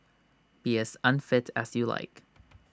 be as unfit as you like